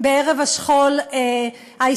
בערב השכול הישראלי-פלסטיני.